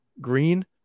Green